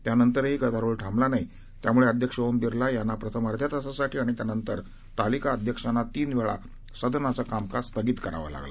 त्यानंतरही गदारोळ थांबला नाही त्यामुळे अध्यक्ष ओम बिर्ला यांना प्रथम अध्या तासासाठी आणि त्यानंतर तालिका अध्यक्षांना तीन वेळा सदनाचं कामकाज स्थगित करावं लागलं